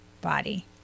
body